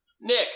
Nick